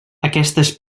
aquestes